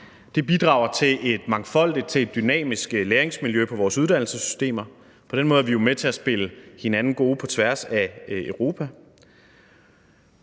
De bidrager til et mangfoldigt, dynamisk læringsmiljø i vores uddannelsessystemer. På den måde er vi jo med til at spille hinanden gode på tværs af Europa.